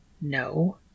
No